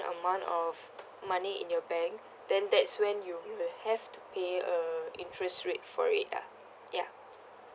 amount of money in your bank then that's when you you'll have to pay a interest rate for it ah ya